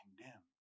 condemned